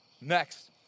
Next